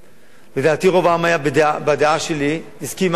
לדעתי רוב העם היה בדעה שלי, הסכים עם מה שאמרתי,